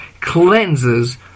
cleanses